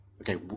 okay